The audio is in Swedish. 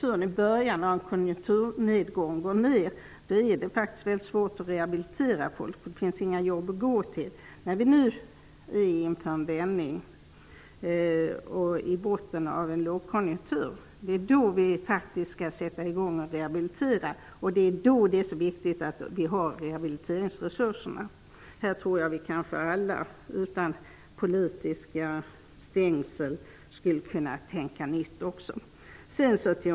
I början av en konjunkturnedgång är det svårt att rehabilitera folk, då det inte finns några jobb att gå till. I botten av lågkonjunkturen, när vi står inför en vändning, skall vi sätta i gång med att rehabilitera. Det är då som det är så viktigt att det finns rehabiliteringsresurser. Jag tror att vi alla, utan politiska stängsel, skulle kunna tänka på ett nytt sätt.